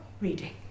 reading